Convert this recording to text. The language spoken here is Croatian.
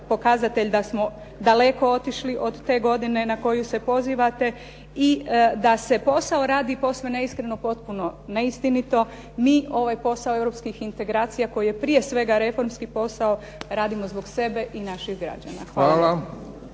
pokazatelj da smo daleko otišli od te godine na koju se pozivate. I da se posao radi posve neiskreno. Potpuno neistinito. Mi ovaj posao europskih integracija koji je prije svega reformski posao, radimo zbog sebe i naših građana. **Bebić,